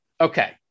Okay